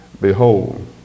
Behold